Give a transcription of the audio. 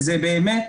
שזה באמת